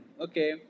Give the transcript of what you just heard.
okay